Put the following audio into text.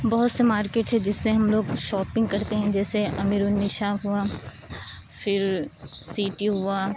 بہت سے مارکیٹ ہیں جس سے ہم لوگ شاپنگ کرتے ہیں جیسے امیر النساء ہوا پھر سی ٹی یو ہوا